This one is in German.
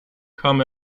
kam